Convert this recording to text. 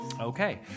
Okay